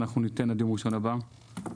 אנחנו ניתן עד יום ראשון הבא תשובות.